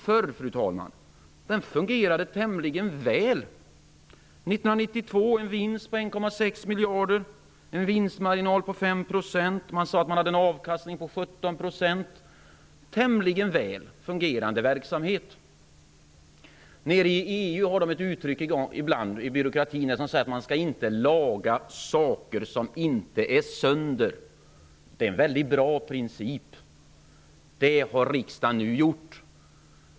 Fru talman! Posten fungerade förr tämligen väl. År 1992 gick den med en vinst på 1,6 miljarder, en vinstmarginal på 5 %. Man hade en avkastning på 17 %. Det var en tämligen väl fungerande verksamhet. I EU använder man ibland i byråkratin ett uttryck som säger att man inte skall laga saker som inte är sönder. Det är en mycket bra princip. Men det är vad riksdagen nu har gjort.